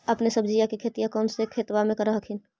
अपने सब्जिया के खेतिया कौन सा खेतबा मे कर हखिन?